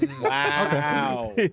Wow